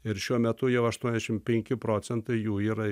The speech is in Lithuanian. ir šiuo metu jau aštuoniašim penki procentai jų yra